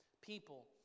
people